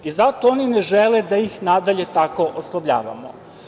Zato oni ne žele da ih nadalje tako oslovljavamo.